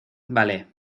vale